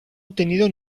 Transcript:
obtenido